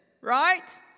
right